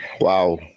wow